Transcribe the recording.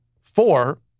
Four